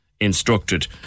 Instructed